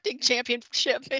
championship